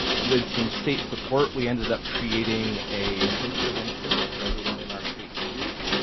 with some state support we ended up creating a hosted instance for everyone in our state to use,